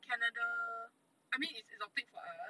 canada I mean it's exotic for us